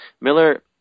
Miller